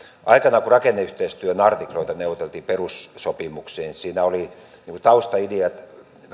aikanaan kun rakenneyhteistyön artikloita neuvoteltiin perussopimukseen siinä taustaideat